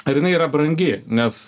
ar jinai yra brangi nes